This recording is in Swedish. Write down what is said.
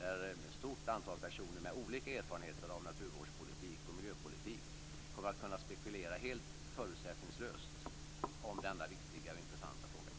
Ett stort antal personer med med olika erfarenheter av naturvårds och miljöpolitik kommer att kunna spekulera helt förutsättningslöst om dessa viktiga och intressanta frågor.